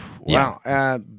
Wow